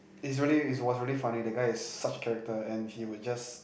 it's really it was really funny the guy such character and he would just